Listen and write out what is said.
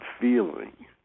feeling